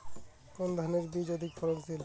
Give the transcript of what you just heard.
কোন ধানের বীজ অধিক ফলনশীল?